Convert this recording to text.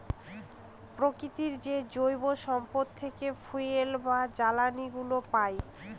প্রকৃতির যে জৈব সম্পদ থেকে ফুয়েল বা জ্বালানিগুলো পাই